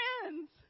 Friends